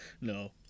no